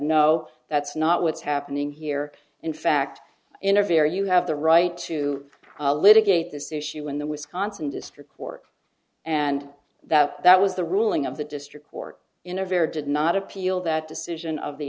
no that's not what's happening here in fact in a very you have the right to litigate this issue in the wisconsin district court and that that was the ruling of the district court in a very did not appeal that decision of the